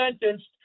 sentenced